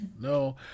no